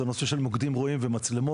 וזה הנושא של מוקדים רואים ומצלמות,